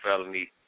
felony